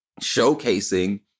showcasing